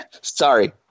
Sorry